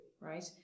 right